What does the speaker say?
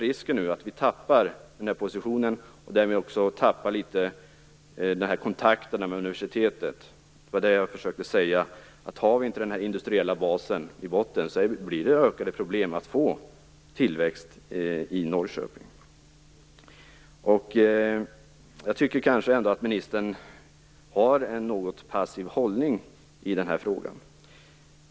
Risken är att man tappar den positionen och tappar kontakterna med universitetet. Det var det jag försökte säga. Om inte den här industriella basen finns i botten blir det ökade problem med att få tillväxt i Norrköping. Jag tycker ändå att ministern har en något passiv hållning i den här frågan.